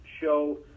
show